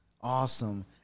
Awesome